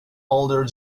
older